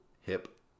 hip